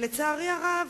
לצערי הרב,